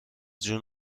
جون